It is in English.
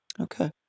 Okay